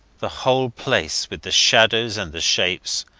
the whole place, with the shadows and the shapes,